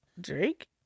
Drake